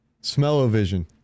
Smell-o-vision